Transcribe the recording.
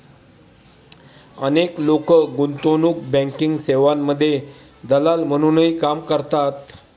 अनेक लोक गुंतवणूक बँकिंग सेवांमध्ये दलाल म्हणूनही काम करतात